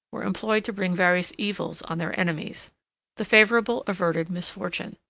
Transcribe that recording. were employed to bring various evils on their enemies the favorable averted misfortune.